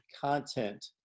content